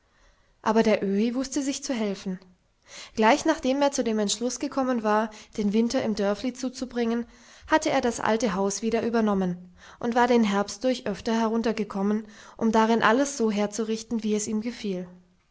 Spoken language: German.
aber der öhi wußte sich zu helfen gleich nachdem er zu dem entschluß gekommen war den winter im dörfli zuzubringen hatte er das alte haus wieder übernommen und war den herbst durch öfter heruntergekommen um darin alles so herzurichten wie es ihm gefiel